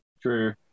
true